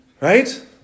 right